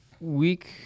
Week